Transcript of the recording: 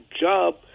job